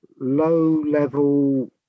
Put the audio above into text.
low-level